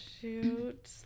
shoot